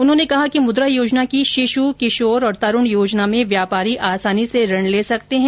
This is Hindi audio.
उन्होंने कहा कि मुद्रा योजना की शिशु किशोर और तरूण योजना में व्यापारी आसानी से ऋण ले सकते हैं